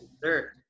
sir